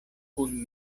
kun